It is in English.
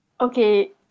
Okay